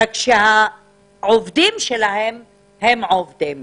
רק שהעובדים שלהם הם עובדי מדינה.